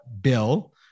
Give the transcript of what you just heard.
bill